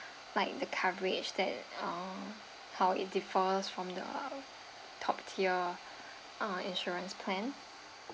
like the coverage that uh how it differs from the top tier uh insurance plans